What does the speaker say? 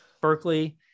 Berkeley